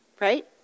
right